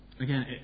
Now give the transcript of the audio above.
Again